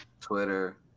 Twitter